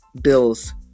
bills